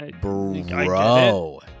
Bro